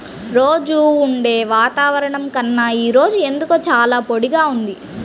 రోజూ ఉండే వాతావరణం కన్నా ఈ రోజు ఎందుకో చాలా పొడిగా ఉంది